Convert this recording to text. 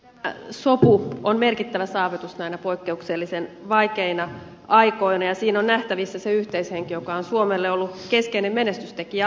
tämä sopu on merkittävä saavutus näinä poikkeuksellisen vaikeina aikoina ja siinä on nähtävissä se yhteishenki joka on suomelle ollut keskeinen menestystekijä aiemminkin